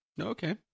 Okay